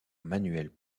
manuel